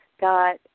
got